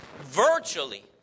virtually